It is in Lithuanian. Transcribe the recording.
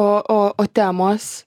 o o o temos